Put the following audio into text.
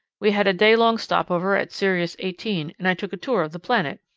we had a day-long stopover at sirius eighteen, and i took a tour of the planet.